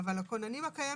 אבל הכוננים הקיימים,